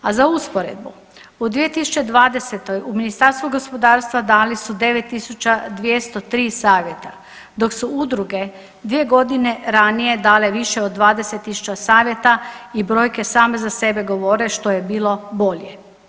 A za usporedbu u 2020. u Ministarstvu gospodarstva dali su 9203 savjeta, dok su udruge dvije godine ranije dale više od 20 000 savjeta i brojke same za sebe govore što je bilo bolje.